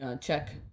Check